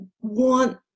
want